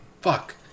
fuck